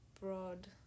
broad